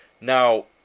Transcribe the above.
Now